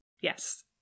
Yes